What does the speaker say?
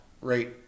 right